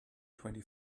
twenty